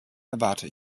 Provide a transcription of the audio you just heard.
erwarte